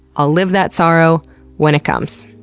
i'll live that sorrow when it comes.